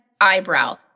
eyebrow